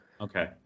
Okay